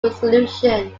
resolution